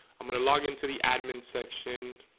i'm gonna log in to the admin section